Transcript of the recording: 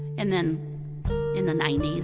and then in the ninety s,